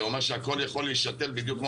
זה אומר שהכול יכול להישתל בדיוק כמו